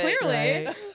Clearly